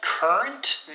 Current